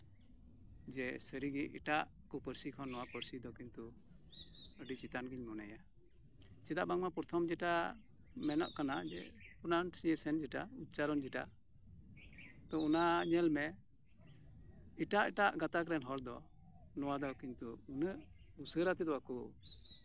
ᱡᱮ ᱥᱟᱹᱨᱤ ᱜᱮ ᱮᱴᱟᱜ ᱠᱚ ᱯᱟᱹᱨᱥ ᱤ ᱠᱷᱚᱱ ᱱᱚᱶᱟ ᱠᱚ ᱯᱟᱹᱨᱥᱤ ᱫᱚ ᱠᱤᱱᱛᱩ ᱟᱹᱰᱤ ᱪᱮᱛᱟᱱ ᱜᱤᱧ ᱢᱚᱱᱮᱭᱟ ᱪᱮᱫᱟᱜ ᱵᱟᱝᱢᱟ ᱯᱨᱚᱛᱷᱚᱢ ᱡᱮᱴᱟ ᱢᱮᱱᱟᱜ ᱠᱟᱱᱟ ᱡᱮ ᱯᱨᱳᱱᱟᱣᱩᱱᱥᱤᱭᱮᱥᱚᱱ ᱡᱮᱴᱟ ᱩᱪᱪᱟᱨᱚᱱ ᱡᱮᱴᱟ ᱛᱚ ᱚᱱᱟ ᱧᱮᱞ ᱢᱮ ᱮᱴᱟᱜᱼᱮᱴᱟᱜ ᱜᱟᱛᱟᱠ ᱨᱮᱱ ᱦᱚᱲ ᱫᱚ ᱱᱚᱶᱟ ᱫᱚ ᱠᱤᱱᱛᱩ ᱩᱱᱟᱹᱜ ᱩᱥᱟᱹᱨᱟ ᱛᱮᱫᱚ ᱵᱟᱝᱠᱚ